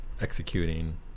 executing